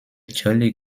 jolly